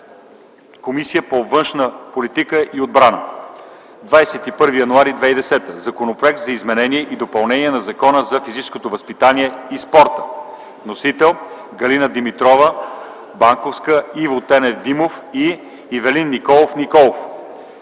Комисията по външна политика и отбрана. 21 януари 2010 г. – Законопроект за изменение и допълнение на Закона за физическото възпитание и спорта. Вносители – Галина Димитрова Банковска, Иво Тенев Димов и Ивелин Николов Николов.